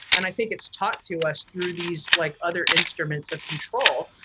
and i think it's taught to us through these like other instruments of control,